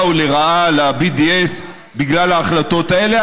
או לרעה על ה-BDS בגלל ההחלטות האלה.